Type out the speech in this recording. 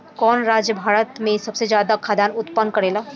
कवन राज्य भारत में सबसे ज्यादा खाद्यान उत्पन्न करेला?